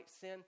sin